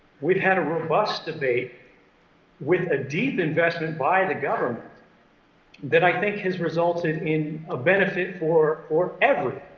we've had a robust debate with a deep investment by the government that i think has resulted in a benefit for for everyone.